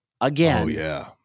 Again